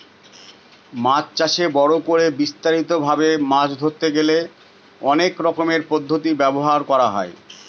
মাছ চাষে বড় করে বিস্তারিত ভাবে মাছ ধরতে গেলে অনেক রকমের পদ্ধতি ব্যবহার করা হয়